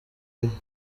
inkwi